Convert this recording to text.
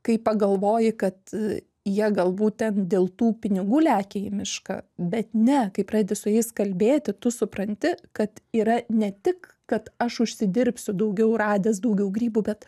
kai pagalvoji kad jie galbūt ten dėl tų pinigų lekia į mišką bet ne kai pradedi su jais kalbėti tu supranti kad yra ne tik kad aš užsidirbsiu daugiau radęs daugiau grybų bet